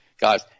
Guys